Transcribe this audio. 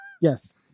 Yes